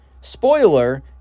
Spoiler